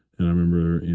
and i remember